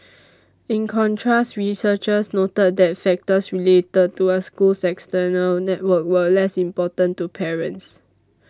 in contrast researchers noted that factors related to a school's external network were less important to parents